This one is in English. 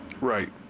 Right